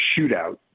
shootout